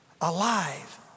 alive